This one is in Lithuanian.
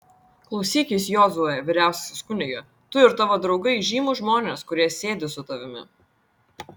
klausykis jozue vyriausiasis kunige tu ir tavo draugai žymūs žmonės kurie sėdi su tavimi